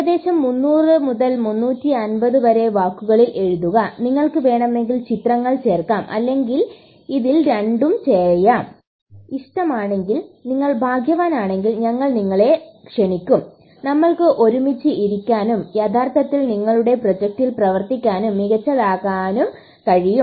ഏകദേശം 300 മുതൽ 350 വരെ വാക്കുകളിൽ എഴുതുക നിങ്ങൾക്ക് വേണമെങ്കിൽ ചിത്രങ്ങൾ ചേർക്കാം അല്ലെങ്കിൽ ഇതിൽ രണ്ടും ചെയ്യാം ഇഷ്ടമാണെങ്കിൽ നിങ്ങൾ ഭാഗ്യവാനാണെങ്കിൽ ഞങ്ങൾ നിങ്ങളെ ക്ഷണിക്കും നമ്മൾക്ക് ഒരുമിച്ച് ഇരിക്കാനും യഥാർത്ഥത്തിൽ നിങ്ങളുടെ പ്രോജക്റ്റിൽ പ്രവർത്തിക്കാനും മികച്ചതാക്കാനും കഴിയും